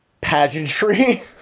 pageantry